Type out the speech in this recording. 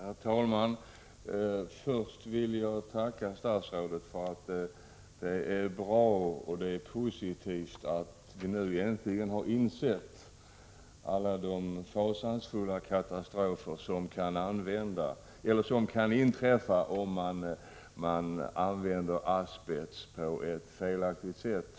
Herr talman! Först vill jag tacka statsrådet för de besked hon har gett. Det är bra att vi nu äntligen har insett vilka fasansfulla katastrofer som kan inträffa när man använder asbest på ett felaktigt sätt.